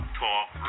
talk